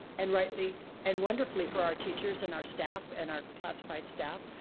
and rightly, and wonderfully for our teachers and our staff and our classified staff,